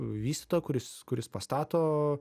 vystytojo kuris kuris pastato